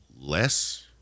less